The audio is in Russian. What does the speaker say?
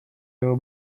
его